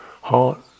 heart